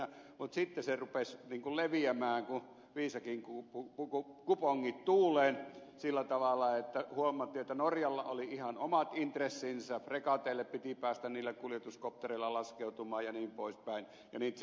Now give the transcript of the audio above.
mutta sitten se rupesi leviämään kuin kupongit tuuleen sillä tavalla että huomattiin että norjalla oli ihan omat intressinsä fregateille piti päästä niillä kuljetuskoptereilla laskeutumaan jnp